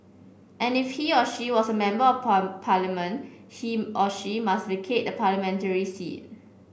and if he or she was a member of parliament he or she must vacate the parliamentary seat